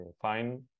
fine